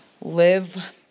live